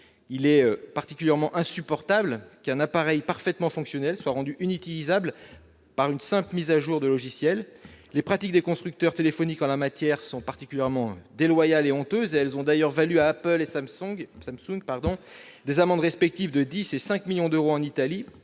Il est particulièrement insupportable qu'un appareil parfaitement fonctionnel soit rendu inutilisable par une simple mise à jour logicielle. Les pratiques des constructeurs de téléphones en la matière sont tout à fait déloyales et honteuses : elles ont d'ailleurs valu à Apple et à Samsung, en Italie, des amendes de 10 millions et 5 millions